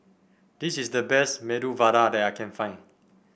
this is the best Medu Vada that I can find